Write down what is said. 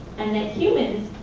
and that humans,